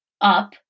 up